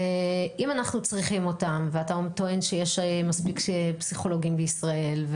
אם אנחנו צריכים אותם ואתה טוען שיש מספיק פסיכולוגים בישראל,